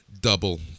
double